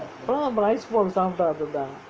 அப்பலாம் நம்ப:appaellaam namba ice ball சாப்டாததா:saapdaathatha